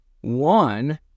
One